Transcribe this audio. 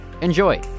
Enjoy